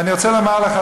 אני רוצה לומר לך,